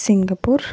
Singapore